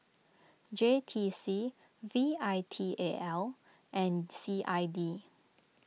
J T C V I T A L and C I D